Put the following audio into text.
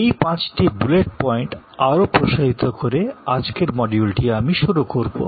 এই পাঁচটি bullet point আরো প্রসারিত করে আজকের মডিউলটি আমি শুরু করবো